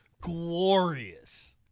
glorious